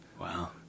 Wow